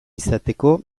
izateko